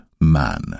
man